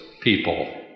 people